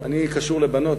אני קשור לבנות,